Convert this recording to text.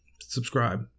Subscribe